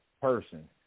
person